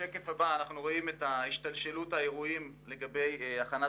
בשקף הבא אנחנו רואים את השתלשלות האירועים לגבי הכנת